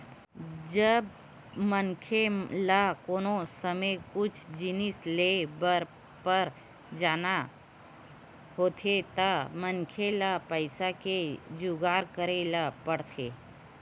जब मनखे ल कोनो समे कुछु जिनिस लेय बर पर जाना होथे त मनखे ल पइसा के जुगाड़ करे ल परथे